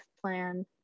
plan